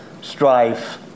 strife